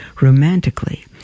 romantically